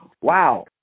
Wow